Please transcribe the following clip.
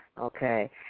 Okay